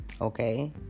Okay